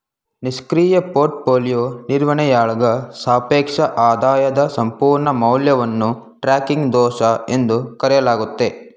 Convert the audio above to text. ನಿಷ್ಕ್ರಿಯ ಪೋರ್ಟ್ಫೋಲಿಯೋ ನಿರ್ವಹಣೆಯಾಳ್ಗ ಸಾಪೇಕ್ಷ ಆದಾಯದ ಸಂಪೂರ್ಣ ಮೌಲ್ಯವನ್ನು ಟ್ರ್ಯಾಕಿಂಗ್ ದೋಷ ಎಂದು ಕರೆಯಲಾಗುತ್ತೆ